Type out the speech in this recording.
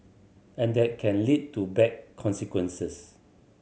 and that can lead to bad consequences